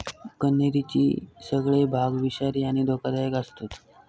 कण्हेरीचे सगळे भाग विषारी आणि धोकादायक आसतत